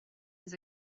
his